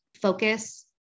focus